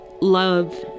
love